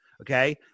Okay